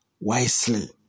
wisely